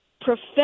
profess